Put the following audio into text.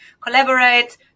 collaborate